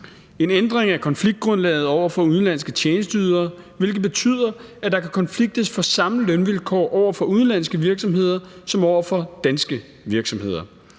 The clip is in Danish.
en ændring af konfliktgrundlaget over for udenlandske tjenesteydere, hvilket betyder, at der kan konfliktes for samme lønvilkår over for udenlandske virksomheder som over for danske virksomheder.